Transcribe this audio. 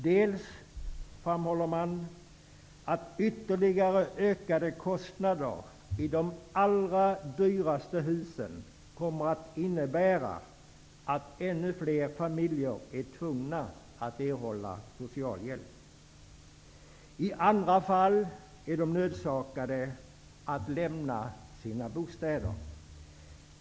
Man framhåller att ytterligare ökade kostnader i de allra dyraste husen kommer att innebära att ännu fler familjer blir tvungna att erhålla socialhjälp. I andra fall blir de nödsakade att lämna sina bostäder.